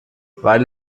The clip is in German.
weil